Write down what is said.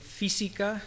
física